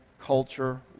culture